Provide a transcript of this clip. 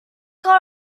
کار